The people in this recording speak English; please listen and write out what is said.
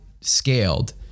scaled